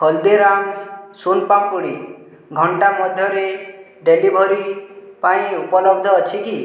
ହଳଦିରାମସ୍ ସୋନ ପାମ୍ପୁଡ଼ି ଘଣ୍ଟା ମଧ୍ୟରେ ଡେଲିଭରି ପାଇଁ ଉପଲବ୍ଧ ଅଛି କି